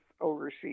overseas